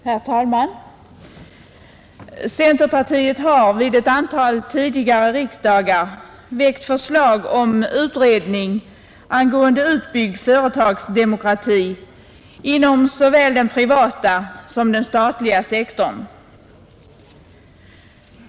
Herr talman! Centerpartiet har vid ett antal tidigare riksdagar väckt förslag om utredning angående utbyggd företagsdemokrati inom såväl den privata som den statliga sektorn.